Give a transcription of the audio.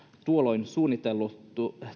tuolloin suunnitellulla